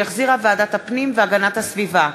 שהחזירה ועדת הפנים והגנת הסביבה,